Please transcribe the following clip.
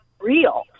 real